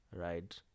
right